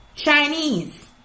Chinese